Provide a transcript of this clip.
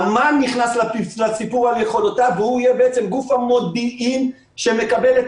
אמ"ן נכנס לסיפור על יכולותיו והוא יהיה בעצם גוף המודיעין שמקבל את